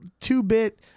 two-bit